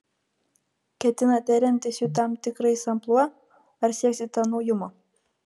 ketinate remtis jų tam tikrais amplua ar sieksite naujumo